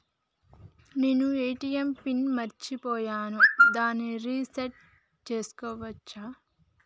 నేను ATM pin ని మరచిపోయాను దాన్ని రీ సెట్ చేసుకోవచ్చా?